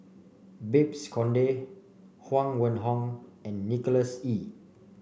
Babes Conde Huang Wenhong and Nicholas Ee